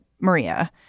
Maria